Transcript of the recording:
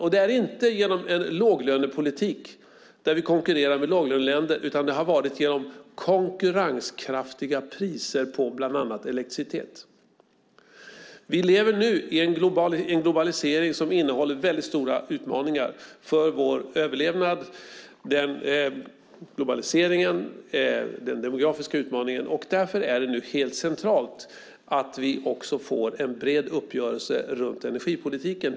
Och det är inte genom en låglönepolitik där vi konkurrerar med låglöneländer, utan det har varit genom konkurrenskraftiga priser på bland annat elektricitet. Vi lever nu i en globalisering som innehåller väldigt stora utmaningar för vår överlevnad. Det handlar om globaliseringen och den demografiska utmaningen. Därför är det nu helt centralt att vi också får en bred uppgörelse runt energipolitiken.